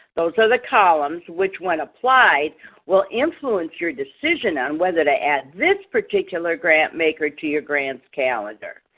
those are the columns which when applied will influence your decision on whether to add this particular grant maker to your grants calendar.